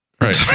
Right